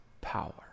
power